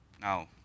now